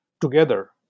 together